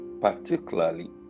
particularly